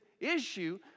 issue